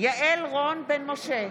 יעל רון בן משה,